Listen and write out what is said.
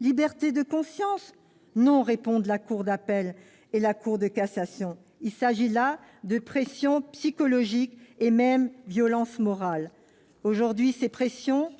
Liberté de conscience ? Non, répondent la cour d'appel et la Cour de cassation : il s'agit là de pressions psychologiques et même de violences morales. Aujourd'hui, ces pressions,